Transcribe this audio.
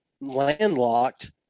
landlocked